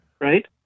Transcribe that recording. right